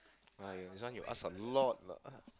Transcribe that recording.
I this one you ask a lot lah